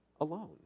alone